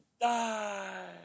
die